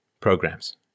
programs